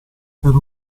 per